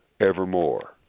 evermore